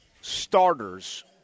starters